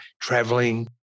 traveling